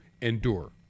endure